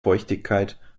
feuchtigkeit